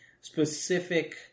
specific